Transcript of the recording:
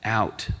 out